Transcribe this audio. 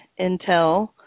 intel